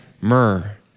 myrrh